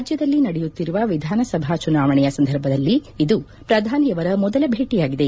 ರಾಜ್ಯದಲ್ಲಿ ನಡೆಯುತ್ತಿರುವ ವಿಧಾನಸಭಾ ಚುನಾವಣೆಯ ಸಂದರ್ಭದಲ್ಲಿ ಇದು ಪ್ರಧಾನಿಯವರ ಮೊದಲ ಭೇಟಿಯಾಗಿದೆ